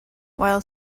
while